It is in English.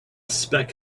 spec